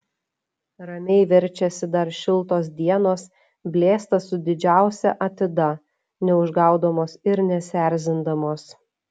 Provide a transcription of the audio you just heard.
ramiai verčiasi dar šiltos dienos blėsta su didžiausia atida neužgaudamos ir nesierzindamos